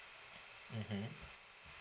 mmhmm